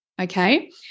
okay